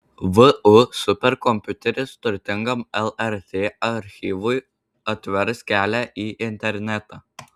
vu superkompiuteris turtingam lrt archyvui atvers kelią į internetą